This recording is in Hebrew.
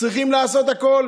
צריכים לעשות הכול